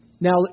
now